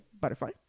Butterfly